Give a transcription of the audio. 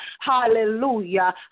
hallelujah